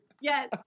Yes